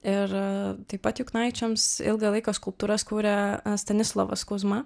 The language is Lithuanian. ir taip pat juknaičiams ilgą laiką skulptūras kūrė stanislovas kuzma